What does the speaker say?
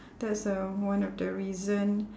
that's um one of the reason